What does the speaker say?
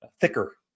thicker